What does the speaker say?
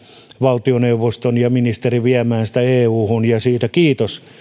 valtioneuvoston ja ministerin viemään sitä euhun ja siitä kiitos